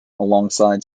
alongside